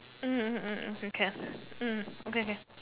mm okay can mm okay okay